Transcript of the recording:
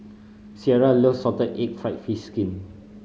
Cierra loves salted egg fried fish skin